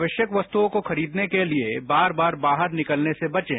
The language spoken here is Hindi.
आवश्यक वस्तुओं को खरीदने के लिए बार बार बाहर निकलने से बचें